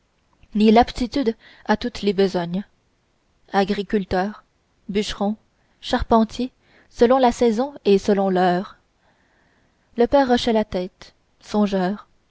ni l'aptitude à toutes les besognes agriculteurs bûcherons charpentiers selon la saison et selon l'heure le père hochait la tête songeur